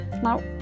Now